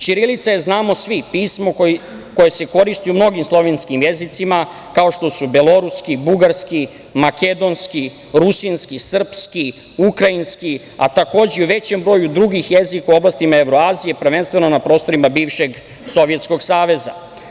Ćirilica je, znamo svi, pismo koje se koristi u mnogim slovenskim jezicima, kao što su beloruski, bugarski, makedonski, rusinski, srpski, ukrajinski, a takođe i u većem broju drugih jezika u oblastima Evroazije, prvenstveno na prostorima bivšeg Sovjetskog Saveza.